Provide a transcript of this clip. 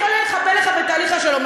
יכול לחבל לך בתהליך השלום.